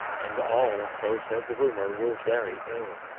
and all, so said the rumour, were very ill.